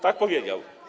Tak powiedział.